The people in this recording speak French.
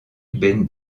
ben